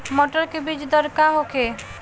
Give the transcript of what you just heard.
मटर के बीज दर का होखे?